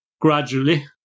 gradually